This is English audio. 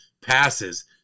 Passes